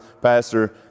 pastor